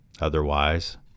Otherwise